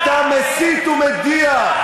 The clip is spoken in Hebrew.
אתה מסית ומדיח.